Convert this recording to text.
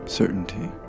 certainty